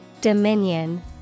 Dominion